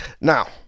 Now